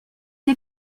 une